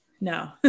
No